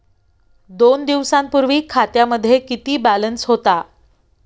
दोन दिवसांपूर्वी खात्यामध्ये किती बॅलन्स होता?